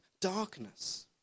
darkness